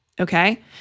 Okay